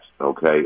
okay